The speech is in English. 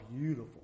beautiful